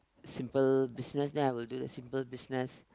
simple business then I will do the simple business